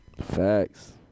Facts